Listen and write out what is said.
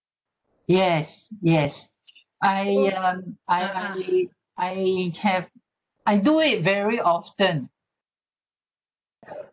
yes yes I um I I have I do it very often